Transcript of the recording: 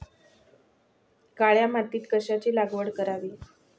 काळ्या मातीत कशाची लागवड करावी?